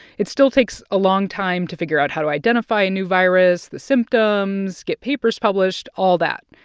it still takes a long time to figure out how to identify a new virus, the symptoms, get papers published, all that.